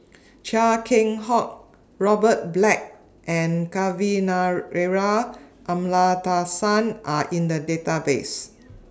Chia Keng Hock Robert Black and Kavignareru Amallathasan Are in The Database